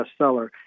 bestseller